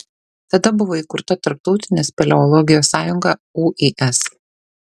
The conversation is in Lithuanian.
tada buvo įkurta tarptautinė speleologijos sąjunga uis